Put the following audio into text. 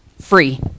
Free